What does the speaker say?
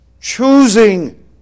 choosing